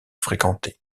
fréquenté